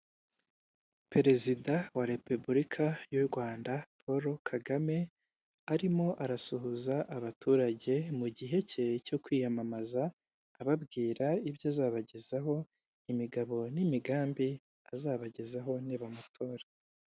Perezida wa repubulika y'u Rwanda Paul Kagame arimo arasuhuza abaturage mu gihe cye cyo kwiyamamaza ababwira ibyo azabagezaho, imigabo n'imigambi azabagezaho nibamutora.